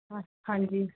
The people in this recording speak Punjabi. ਹਾਂਜੀ